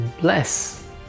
bless